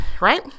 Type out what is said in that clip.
right